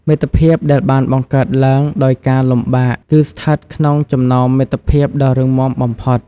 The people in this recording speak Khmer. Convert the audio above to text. មិត្តភាពដែលបានបង្កើតឡើងដោយការលំបាកគឺស្ថិតក្នុងចំណោមមិត្តភាពដ៏រឹងមាំបំផុត។